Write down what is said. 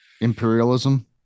imperialism